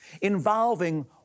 involving